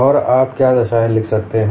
और आप क्या दशाऐं लिख सकते हैं